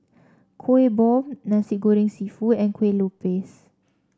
Kuih Bom Nasi Goreng seafood and Kue Lupis